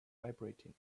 vibrating